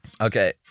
Okay